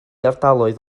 ardaloedd